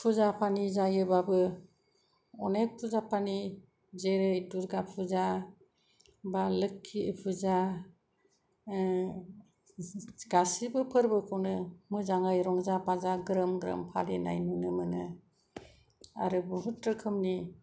फुजा पानि जायोबाबो अनेक फुजा पानि जेरै दुर्गा फुजा बा लोखि फुजा गासिबो फोरबोखौनो मोजाङै रंजा बाजा ग्रोम ग्रोम फालिनाय नुनो मोनो आरो बहुत रोखोमनि